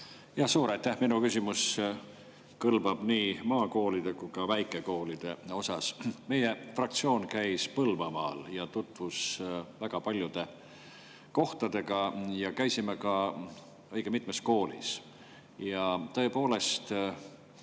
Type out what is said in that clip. aitäh! Minu küsimus kõlbab nii maakoolide kui ka väikekoolide kohta. Meie fraktsioon käis Põlvamaal ja tutvus väga paljude kohtadega. Käisime õige mitmes koolis, tõepoolest,